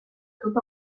tot